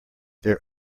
their